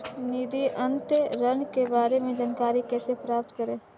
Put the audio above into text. निधि अंतरण के बारे में जानकारी कैसे प्राप्त करें?